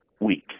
week